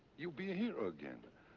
you'll be a hero again.